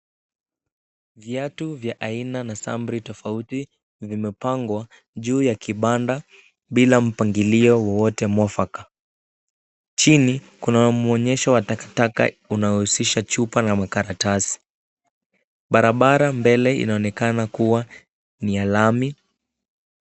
Viatu vya aina na sampuli tofauti vimepangwa juu ya kibanda bila mpangilio wowote mwafaka. Chini, kuna mwonyesho wa takataka unaohusisha chupa na makaratasi. Barabara mbele inaonekana kuwa ni ya lami.